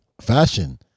fashion